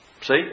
See